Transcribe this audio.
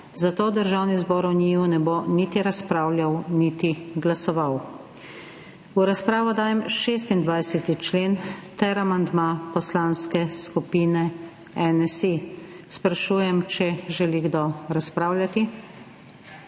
zato Državni zbor o njiju ne bo niti razpravljal niti glasoval. V razpravo dajem 26. člen ter amandma Poslanske skupine NSi. Sprašujem, če želi kdo razpravljati?